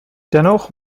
dennoch